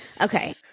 Okay